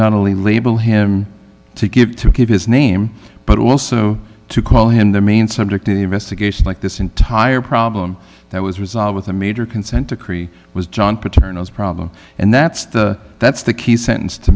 not only label him to give to keep his name but also to call him the main subject of the investigation like this entire problem that was resolved with a major consent decree was john paternalist problem and that's the that's the key sentence to